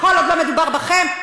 כל עוד לא מדובר בכם,